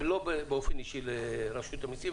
לא באופן אישי לרשות המסים,